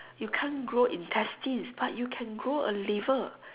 you can't grow intestines but you can grow a liver